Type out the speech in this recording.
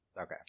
Okay